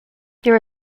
there